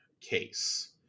case